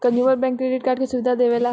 consumer bank credit card के सुविधा देवेला